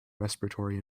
respiratory